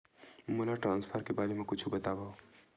मोला ट्रान्सफर के बारे मा कुछु बतावव?